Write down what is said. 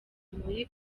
muri